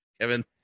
kevin